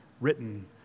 written